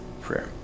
prayer